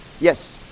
Yes